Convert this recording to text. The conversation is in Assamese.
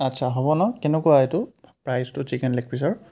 আচ্ছা হ'ব ন কেনেকুৱা এইটো প্ৰাইচটো চিকেন লেগ পিচৰ